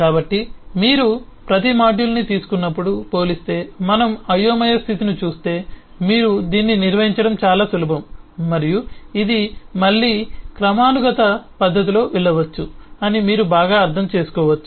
కాబట్టి మీరు ప్రతి మాడ్యూల్ను తీసుకున్నప్పుడు పోలిస్తే మనం ఒక అయోమయ స్థితిని చూస్తే మీరు దీన్ని నిర్వహించటం చాలా సులభం మరియు ఇది మళ్ళీ క్రమానుగత పద్ధతిలో వెళ్ళవచ్చు అని మీరు బాగా అర్థం చేసుకోవచ్చు